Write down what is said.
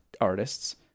artists